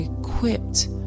equipped